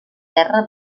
terra